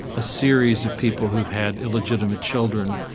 a series of people who've had illegitimate children,